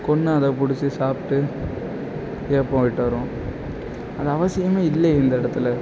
கொன்று அதை பிடுச்சு சாப்பிட்டு ஏப்பம் விட்டுடறோம் அது அவசியமே இல்லையே இந்த இடத்தில்